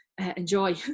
enjoy